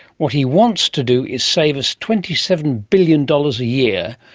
what he wants to do is save us twenty seven billion dollars a year,